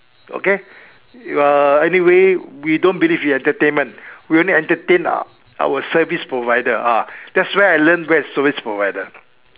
okay uh anyway we don't believe in entertainment we only entertain our service provider ah that's where I learn where is service provider